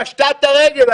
פשטה את הרגל.